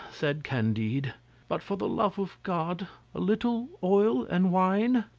said candide but for the love of god a little oil and wine.